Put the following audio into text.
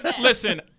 listen